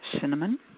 cinnamon